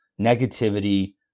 negativity